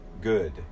good